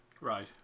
Right